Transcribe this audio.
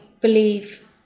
believe